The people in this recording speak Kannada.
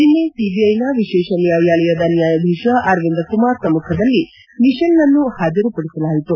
ನಿನ್ನೆ ಸಿಬಿಐನ ವಿಶೇಷ ನ್ನಾಯಾಲಯದ ನ್ನಾಯಾಧೀಶ ಅರವಿಂದ ಕುಮಾರ್ ಸಮ್ಮುಖದಲ್ಲಿ ಮಿಷೆಲ್ನನ್ನು ಪಾಜರು ಪಡಿಸಲಾಯಿತು